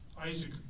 Isaac